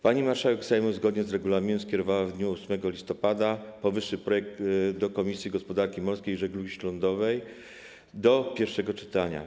Pani marszałek Sejmu, zgodnie z regulaminem, skierowała w dniu 8 listopada powyższy projekt do Komisji Gospodarki Morskiej i Żeglugi Śródlądowej do pierwszego czytania.